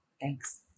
Thanks